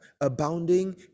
abounding